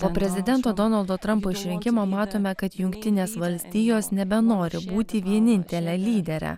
po prezidento donaldo trampo išrinkimo matome kad jungtinės valstijos nebenori būti vienintele lydere